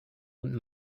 und